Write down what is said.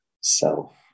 self